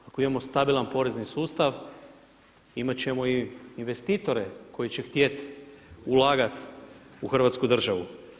Ako imamo stabilan porezni sustav, imat ćemo i investitore koji će htjeti ulagati u Hrvatsku državu.